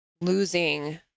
losing